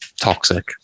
toxic